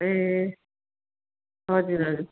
ए हजुर हजुर